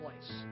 place